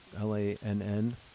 L-A-N-N